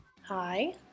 Hi